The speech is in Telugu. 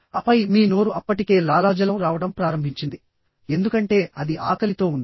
ఆపై మీ నోరు అప్పటికే లాలాజలం రావడం ప్రారంభించింది ఎందుకంటే అది ఆకలితో ఉంది